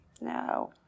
No